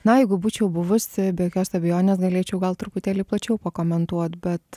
na jeigu būčiau buvusi be jokios abejonės galėčiau gal truputėlį plačiau pakomentuot bet